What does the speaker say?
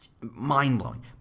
Mind-blowing